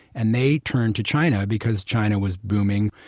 and they turned to china because china was booming.